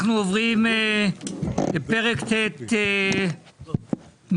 אנחנו עוברים לפרק ט' (מיסים),